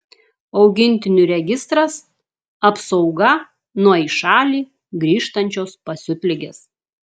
augintinių registras apsauga nuo į šalį grįžtančios pasiutligės